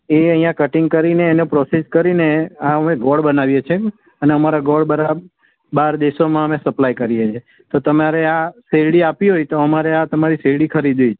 એ અહિયાં કટિંગ કરીને એને પ્રોસેસ કરીને આ અમે ગોળ બનાવીએ છીએ અને ગોળ બધાં બહાર દેશોમાં સપ્લાય કરીએ છીયે તો તમારે આ શેરડી આપવી હોય તો અમારે આ તમારી શેરડી ખરીદવી છે